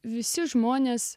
visi žmonės